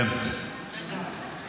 הכול טוב.